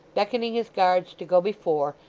beckoning his guards to go before,